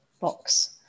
box